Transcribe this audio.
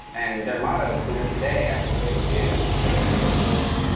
and their motto, to this day actually, is, and i'm going to butcher this,